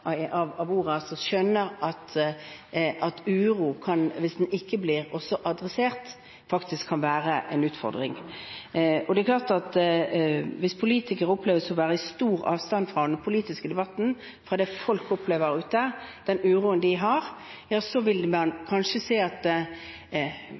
skjønner at uro – hvis den ikke blir adressert – faktisk kan være en utfordring. Det er klart at hvis politikere i den politiske debatten oppleves å ha stor avstand til det folk opplever der ute, den uroen de har,